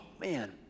man